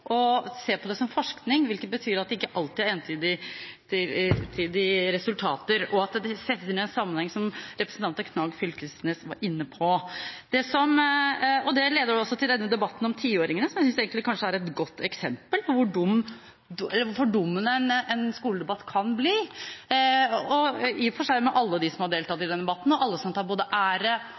og se på som forskning, hvilket betyr at det ikke alltid er entydige resultater, og at de må settes inn i en sammenheng, som representanten Knag Fylkesnes var inne på. Det leder også til denne debatten om tiåringene, som jeg synes egentlig er et godt eksempel på hvor fordummende en skoledebatt kan bli – i og for seg for alle dem som har deltatt i debatten, og alle som tar både ære